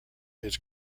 his